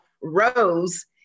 Rose